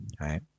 right